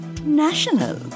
national